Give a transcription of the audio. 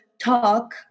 talk